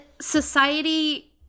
society